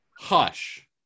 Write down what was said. Hush